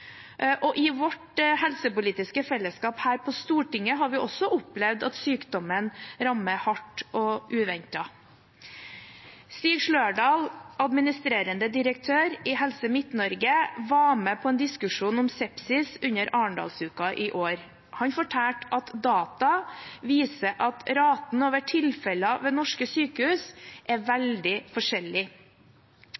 I vårt helsepolitiske fellesskap her på Stortinget har vi også opplevd at sykdommen rammer hardt og uventet. Stig Slørdahl, administrerende direktør i Helse Midt-Norge, var med i en diskusjon om sepsis under Arendalsuka i år. Han fortalte at data viser at raten over tilfeller ved norske sykehus er